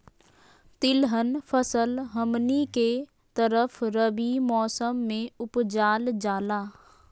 तिलहन फसल हमनी के तरफ रबी मौसम में उपजाल जाला